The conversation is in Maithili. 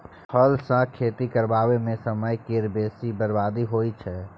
हल सँ खेती करबा मे समय केर बेसी बरबादी होइ छै